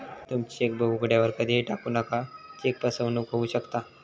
तुमची चेकबुक उघड्यावर कधीही टाकू नका, चेक फसवणूक होऊ शकता